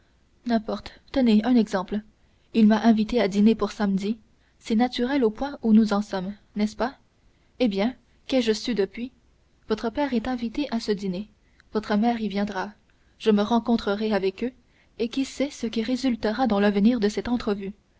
n'importe tenez un exemple il m'a invité à dîner pour samedi c'est naturel au point où nous en sommes n'est-ce pas eh bien qu'ai-je su depuis votre père est invité à ce dîner votre mère y viendra je me rencontrerai avec eux et qui sait ce qui résultera dans l'avenir de cette entrevue